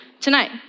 tonight